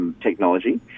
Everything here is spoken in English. technology